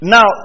Now